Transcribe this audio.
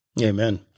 Amen